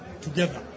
together